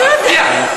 אני מצדיע.